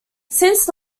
since